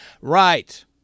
Right